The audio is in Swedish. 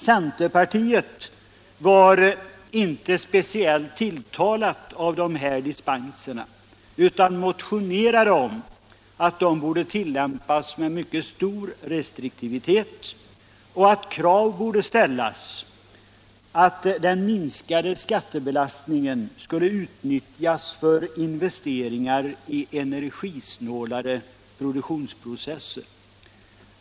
Centerpartiet var inte speciellt tilltalat av de här dispenserna utan motionerade om att de borde tillämpas med stor restriktivitet och att krav borde ställas på att den minskade skattebelastningen skulle utnyttjas för investeringar i energisnålare produktionsprocesser.